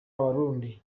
abarundi